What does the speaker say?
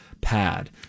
pad